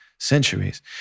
centuries